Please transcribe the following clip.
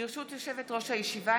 ברשות יושבת-ראש הישיבה,